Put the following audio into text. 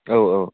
औ औ